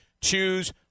Choose